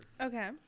Okay